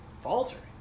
faltering